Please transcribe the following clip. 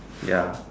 ya